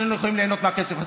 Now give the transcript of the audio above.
שנינו יכולים ליהנות מהכסף הזה.